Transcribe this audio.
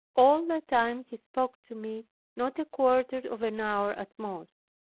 all that time he spoke to me not a quarter of an hour at most.